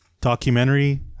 documentary